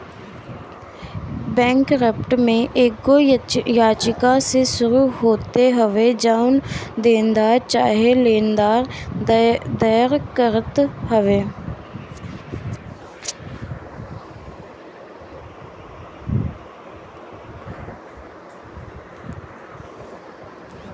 bankrupt में एगो याचिका से शुरू होत हवे जवन देनदार चाहे लेनदार दायर करत हवे